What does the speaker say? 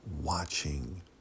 watching